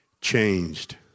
Changed